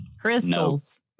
Crystals